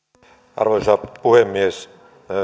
arvoisa puhemies